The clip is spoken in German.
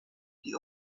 die